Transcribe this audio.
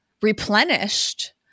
replenished